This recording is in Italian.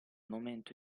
momento